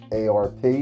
arp